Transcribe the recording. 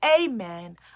Amen